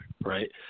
right